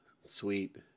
Sweet